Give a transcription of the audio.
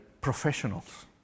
professionals